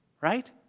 Right